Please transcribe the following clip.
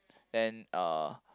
then uh